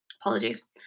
apologies